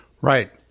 Right